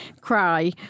cry